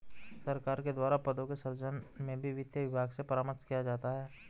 सरकार के द्वारा पदों के सृजन में भी वित्त विभाग से परामर्श किया जाता है